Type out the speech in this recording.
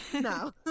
No